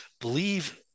believe